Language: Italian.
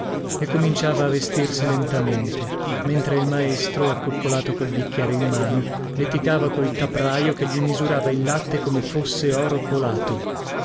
e cominciava a vestirsi lentamente mentre il maestro accoccolato col bicchiere in mano leticava col capraio che gli misurava il latte come fosse oro colato